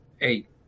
eight